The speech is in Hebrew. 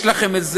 יש לכם,